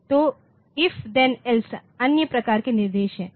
तो if then else अन्य प्रकार के निर्देश हैं